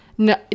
no